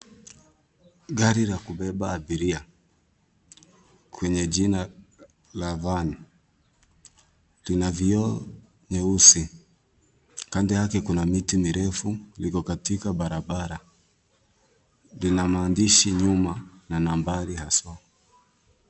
Gari la kubeba abiria kwenye jina la van .Lina vioo nyeusi. Kando yake kuna miti mirefu iko katika barabara. Lina maandishi nyuma na nambari haswa.